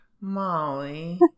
molly